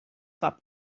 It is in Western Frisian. kop